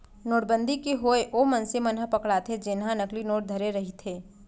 नोटबंदी के होय ओ मनसे मन ह पकड़ाथे जेनहा नकली नोट धरे रहिथे